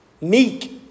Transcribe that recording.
meek